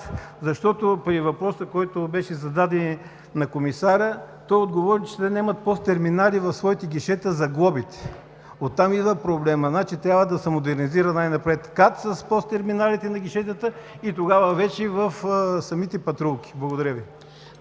защото при въпроса, който беше зададен и на комисаря, той отговори, че те нямат ПОС терминали в своите гишета за глобите. От там идва проблема. Значи трябва да се модернизира най-напред КАТ с ПОС терминалите на гишетата и тогава вече – в самите патрулки. Благодаря Ви.